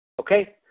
Okay